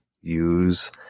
use